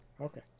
Okay